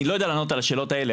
אני לא יודע לענות על השאלות האלה.